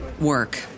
work